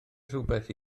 rhywbeth